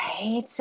Right